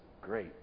great